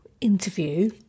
interview